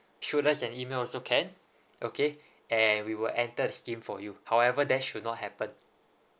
through us an email also can okay and we will enter the steam for you however that should not happen